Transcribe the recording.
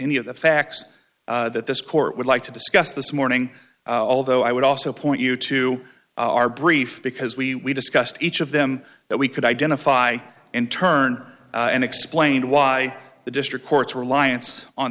any of the facts that this court would like to discuss this morning although i would also point you to our brief because we discussed each of them that we could identify in turn and explained why the district court's reliance on